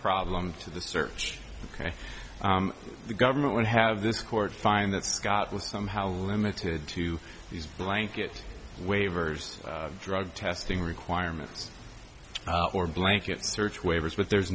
problem to the search and i think the government would have this court find that scott was somehow limited to these blanket waivers drug testing requirements or blanket search waivers but there's